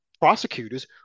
prosecutors